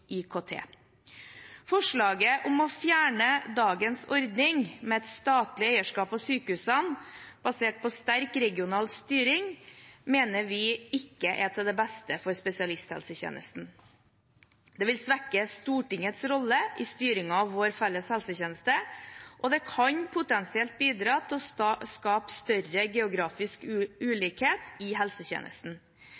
IKT. Forslaget om å fjerne dagens ordning med statlig eierskap av sykehusene, basert på sterk regional styring, mener vi ikke er til det beste for spesialisthelsetjenesten. Det vil svekke Stortingets rolle i styringen av vår felles helsetjeneste og kan potensielt bidra til å skape større geografisk